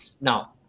Now